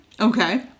Okay